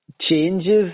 changes